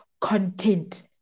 content